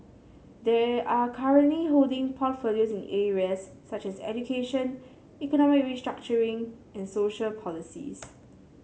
they are currently holding portfolios in areas such as education economic restructuring and social policies